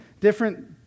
different